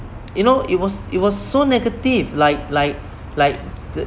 you know it was it was so negative like like like